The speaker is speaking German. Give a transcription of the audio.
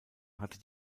hatte